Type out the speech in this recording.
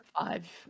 five